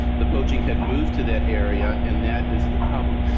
the poaching had moved to that area and that is the problem.